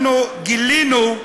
גילינו,